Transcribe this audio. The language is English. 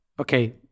Okay